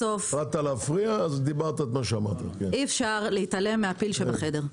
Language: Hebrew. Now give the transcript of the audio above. בסוף אי-אפשר להתעלם מהפיל שבחדר.